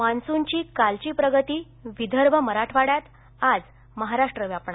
मान्सूनची कालची प्रगती विदर्भ मराठवाड़यात आज महाराष्ट्र व्यापणार